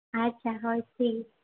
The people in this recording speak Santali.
ᱟᱪᱪᱷᱟ ᱦᱳᱭ ᱴᱷᱤᱠ